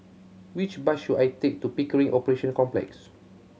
which bus should I take to Pickering Operation Complex